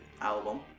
album